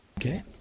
Okay